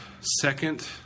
second